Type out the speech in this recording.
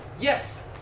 Yes